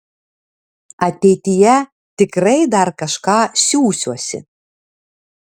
ateityje tikrai dar kažką siųsiuosi